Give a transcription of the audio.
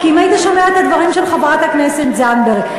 כי אם היית שומע את הדברים של חברת הכנסת זנדברג,